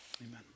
amen